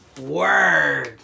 Word